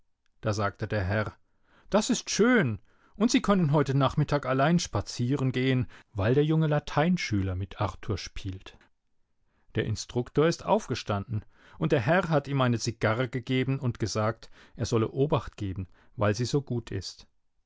da sagte der herr das ist schön und sie können heute nachmittag allein spazierengehen weil der junge lateinschüler mit arthur spielt der instruktor ist aufgestanden und der herr hat ihm eine zigarre gegeben und gesagt er soll obacht geben weil sie so gut ist